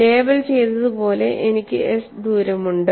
label ചെയ്തതുപോലെ എനിക്ക് s ദൂരമുണ്ട്